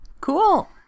Cool